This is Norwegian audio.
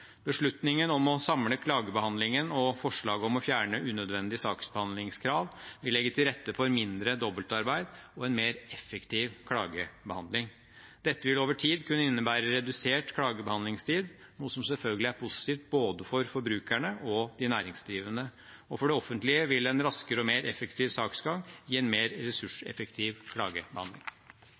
Beslutningen om å samle klagebehandlingen og forslaget om å fjerne unødvendige saksbehandlingskrav vil legge til rette for mindre dobbeltarbeid og en mer effektiv klagebehandling. Dette vil over tid kunne innebære redusert klagebehandlingstid, noe som selvfølgelig er positivt for både forbrukerne og de næringsdrivende, og for det offentlige vil en raskere og mer effektiv saksgang gi en mer ressurseffektiv klagebehandling.